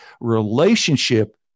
relationship